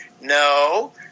no